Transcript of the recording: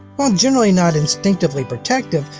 while generally not instinctively protective,